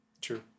True